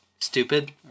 Stupid